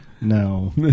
No